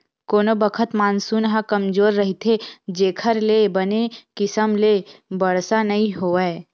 कोनो बखत मानसून ह कमजोर रहिथे जेखर ले बने किसम ले बरसा नइ होवय